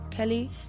Kelly